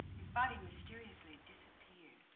his body mysteriously disappeared